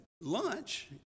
lunch